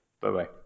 bye-bye